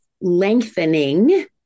lengthening